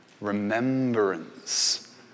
remembrance